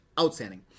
outstanding